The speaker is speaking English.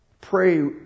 pray